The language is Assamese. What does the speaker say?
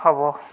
হ'ব